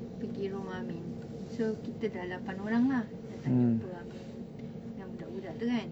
pergi rumah amin so kita lapan orang lah kita jumpa amin dengan budak-budak tu kan